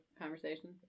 conversation